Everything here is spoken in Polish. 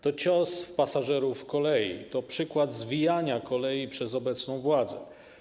To cios w pasażerów kolei, to przykład zwijania kolei przez obecną władzę.